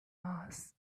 mass